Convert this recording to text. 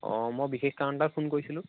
অ মই বিশেষ কাৰণ এটাত ফোন কৰিছিলোঁ